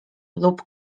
lub